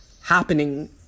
happening